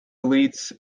elites